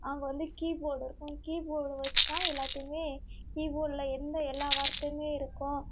அங்கே வந்து கீபோர்டு இருக்கும் கீபோர்டு வெச்சு தான் எல்லாத்தையுமே கீபோர்ட்டில் எந்த எல்லா வார்த்தையுமே இருக்கும்